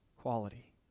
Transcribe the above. quality